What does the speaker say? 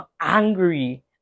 angry